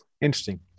Interesting